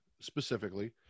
specifically